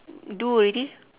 do already